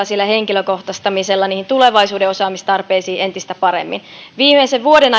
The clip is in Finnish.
sillä henkilökohtaistamisella niihin tulevaisuuden osaamistarpeisiin entistä paremmin viimeisen vuoden